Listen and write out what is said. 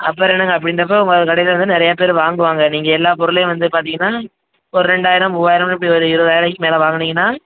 அப்புறம் என்னங்க அப்படியிருந்தப்ப உங்கள் கடையில் வந்து நிறையாப் பேர் வாங்குவாங்க நீங்கள் எல்லாப் பொருளையும் வந்து பார்த்தீங்கன்னா ஒரு ரெண்டாயிரம் மூவாயிரம் இப்படி ஒரு இருபதாயர் ரூபாய்க்கு மேல் வாங்கினீங்கன்னா